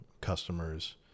customers